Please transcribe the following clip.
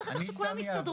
אחר כך שכולם יסתדרו.